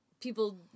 people